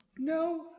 No